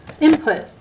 input